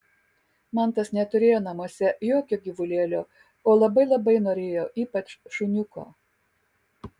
mantas neturėjo namuose jokio gyvulėlio o labai labai norėjo ypač šuniuko